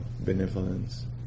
benevolence